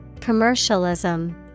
Commercialism